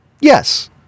yes